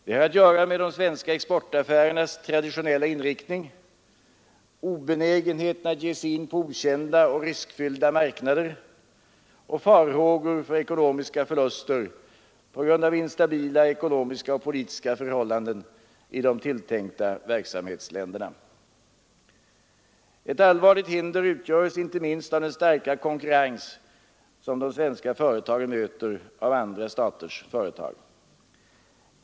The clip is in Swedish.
De har att göra med de svenska exportaffärernas traditionella inriktning, obenägenheten att ge sig in på okända och riskfyllda marknader och farhågor för ekonomiska förluster på grund av instabila ekonomiska och politiska förhållanden i de tilltänkta verksamhetsländerna. Ett allvarligt hinder utgöres inte minst av den starka konkurrens som de svenska företagen möter av andra staters företag.